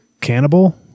cannibal